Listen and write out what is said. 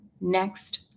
next